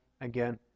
again